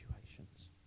situations